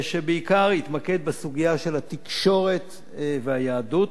שבעיקר התמקד בסוגיה של התקשורת והיהדות,